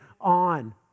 on